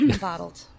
bottled